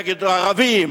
נגד ערבים,